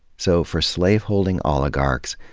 so, for slaveholding oligarchs,